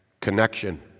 connection